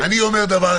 אני אומר שוב,